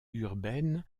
urbaine